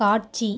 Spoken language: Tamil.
காட்சி